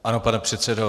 Ano, pane předsedo.